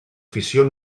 fissió